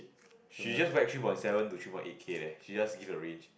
she just write three point seven to three point eight K leh she just give a range